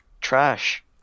Trash